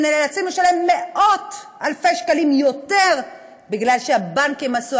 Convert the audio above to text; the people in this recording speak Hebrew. נאלצים לשלם מאות-אלפי שקלים יותר מפני שהבנקים עשו